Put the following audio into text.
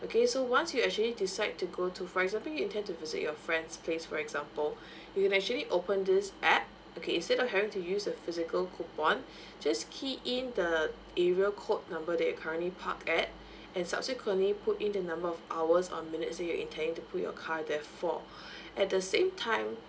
okay so once you actually decide to go to for example you intend to visit your friend's place for example you can actually open this app okay instead of having to use a physical coupon just key in the area code number that you currently park at and subsequently put in the number of hours or minutes that you're intending to put your car there for at the same time